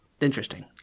Interesting